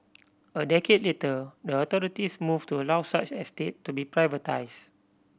a decade later the authorities moved to allow such estate to be privatised